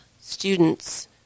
students